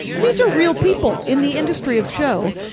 and these are real people in the industry of show.